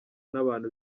n’abantu